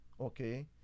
okay